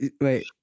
wait